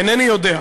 אינני יודע,